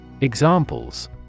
Examples